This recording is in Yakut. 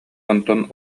онтон